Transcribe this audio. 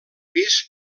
pis